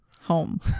home